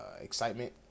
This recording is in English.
excitement